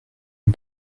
une